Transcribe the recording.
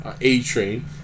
A-Train